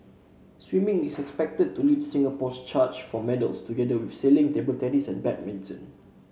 swimming is expected to lead Singapore's charge for medals together with sailing table tennis and badminton